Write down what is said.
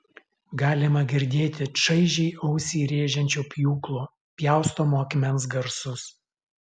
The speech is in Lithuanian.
galima girdėti čaižiai ausį rėžiančio pjūklo pjaustomo akmens garsus